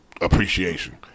Appreciation